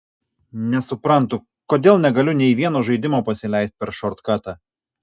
nesuprantu kodėl negaliu nei vieno žaidimo pasileist per šortkatą